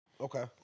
okay